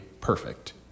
perfect